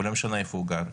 ולא משנה איפה הוא גר.